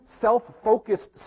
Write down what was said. self-focused